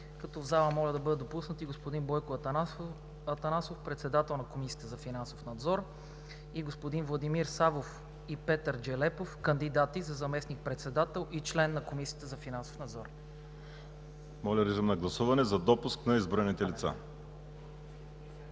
като в залата моля да бъдат допуснати господин Бойко Атанасов – председател на Комисията за финансов надзор и господин Владимир Савов, и Петър Джелепов – кандидати за заместник-председател и член на Комисията за финансов надзор. ПРЕДСЕДАТЕЛ ВАЛЕРИ СИМЕОНОВ: Моля, режим на гласуване за допуск на изброените лица.